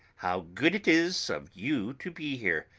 how good it is of you to be here.